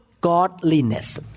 Godliness